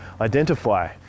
identify